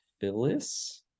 Phyllis